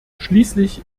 schließlich